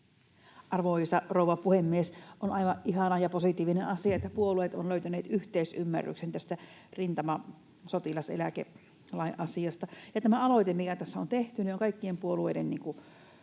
Arvoisa rouva puhemies! On aivan ihana ja positiivinen asia, että puolueet ovat löytäneet yhteisymmärryksen tässä rintamasotilaseläkelain asiassa, ja tämä aloite, mikä tässä on tehty, on kaikkien puolueiden